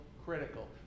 Critical